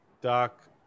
doc